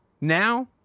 Now